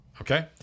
Okay